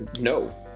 No